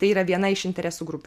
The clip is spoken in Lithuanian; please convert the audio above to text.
tai yra viena iš interesų grupių